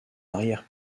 arrière